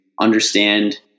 understand